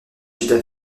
chiffre